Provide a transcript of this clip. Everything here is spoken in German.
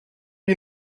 wie